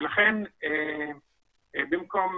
לכן, במקום